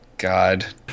God